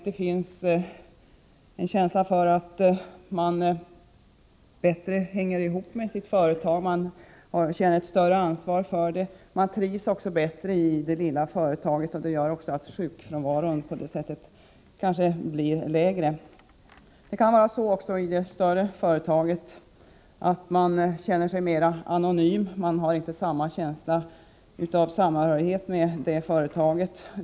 Det finns en känsla för att man bättre hänger ihop med sitt företag, man känner större ansvar för det och trivs också bättre i det lilla företaget. I det större företaget kan det vara så att man känner sig mer anonym och inte har samma känsla av samhörighet med företaget.